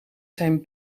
zijn